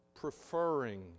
preferring